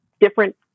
different